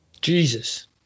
Jesus